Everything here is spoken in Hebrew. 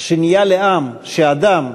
שנהיה לעם שהאדם,